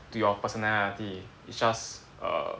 to your personality it's just err